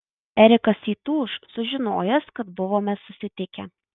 erikas įtūš sužinojęs kad buvome susitikę